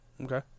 Okay